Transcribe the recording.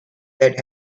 that